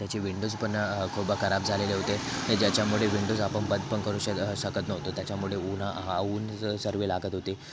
त्याचे विंडोज पण खूप खराब झालेले होते हे ज्याच्यामुळे विंडोज आपोआप बंद पण करू शकत नव्हतो त्याच्यामुळे ऊन हा ऊन जे सर्व लागत होते